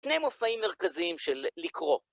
שני מופעים מרכזיים של לקרוא.